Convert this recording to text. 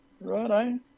Right